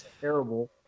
Terrible